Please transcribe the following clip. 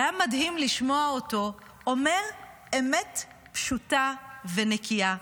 והיה מדהים לשמוע אותו אומר אמת פשוטה ונקייה,